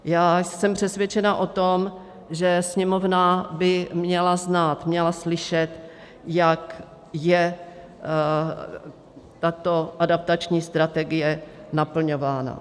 Já jsem přesvědčena o tom, že Sněmovna by měla znát, měla slyšet, jak je tato adaptační strategie naplňována.